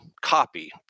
copy